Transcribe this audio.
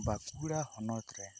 ᱵᱟᱸᱠᱩᱲᱟ ᱦᱚᱱᱚᱛ ᱨᱮ